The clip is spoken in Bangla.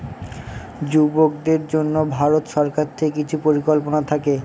যুবকদের জন্য ভারত সরকার থেকে কিছু পরিকল্পনা থাকে